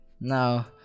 Now